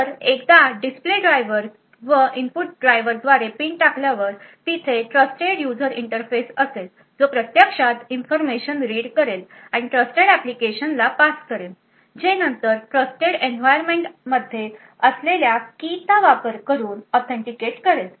तर एकदा display driver व इनपुट ड्रायव्हरद्वारे पिन टाकल्यावर तिथे ट्रस्टेड युजर इंटरफेस असेल जो प्रत्यक्षात इन्फॉर्मेशन रीड करेल आणि ट्रस्टेड एप्लीकेशनला पास करेन जे नंतर ट्रस्टेड एन्व्हायरमेंट मध्ये असलेल्या की चा वापर करून ऑथेंटिकेट करेल